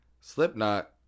Slipknot